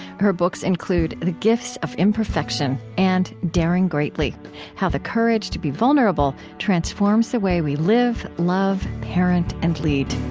her books include the gifts of imperfection and daring greatly how the courage to be vulnerable transforms the way we live, love, parent, and lead